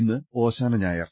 ഇന്ന് ഓശാന ഞായർ